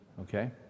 okay